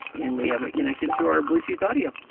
and we have it connected to our bluetooth audio.